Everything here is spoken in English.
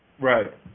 Right